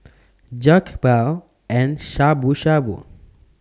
Jokbal and Shabu Shabu